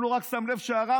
הוא רק לא שם לב לרמקול,